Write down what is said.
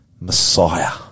Messiah